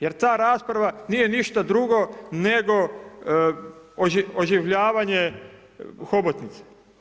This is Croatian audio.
Jer ta rasprava nije ništa drugo nego oživljavanje hobotnice.